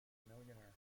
millionaire